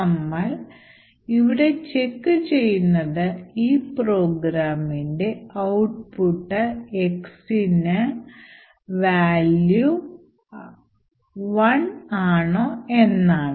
നമ്മൾ ഇവിടെ ചെക്ക് ചെയ്യുന്നത് ഈ പ്രോഗ്രാംഇൻറെ ഔട്ട്പുട്ട് x ന്റെ value 1 ആണോ എന്നാണ്